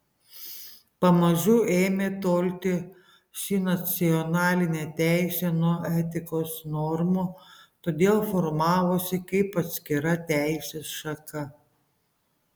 pamažu ėmė tolti ši nacionalinė teisė nuo etikos normų todėl formavosi kaip atskira teisės šaka